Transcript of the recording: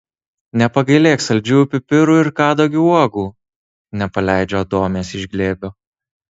nepagailėk saldžiųjų pipirų ir kadagio uogų nepaleidžiu adomės iš glėbio